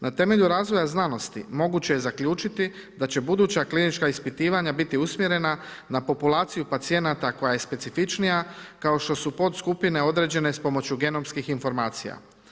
Na temelju razvoja znanosti moguće je zaključiti da će buduća klinička ispitivanja biti usmjerena na populaciju pacijenata koja je specifičnija, kao što su podskupine određene s pomoću ... informacija.